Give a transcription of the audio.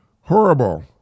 horrible